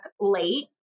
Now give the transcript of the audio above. late